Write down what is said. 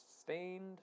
stained